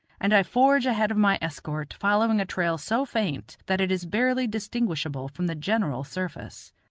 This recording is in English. and i forge ahead of my escort, following a trail so faint that it is barely distinguishable from the general surface.